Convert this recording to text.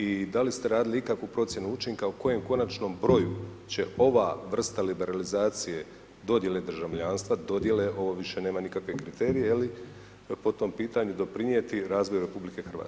I da li ste radili ikakvu procjenu učinka u kojem konačnom broju će ova vrsta liberalizacije, dodjele državljanstva, dodjele, ovo više nema nikakve kriterije po tom pitanju doprinijeti razvoju RH?